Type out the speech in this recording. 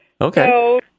Okay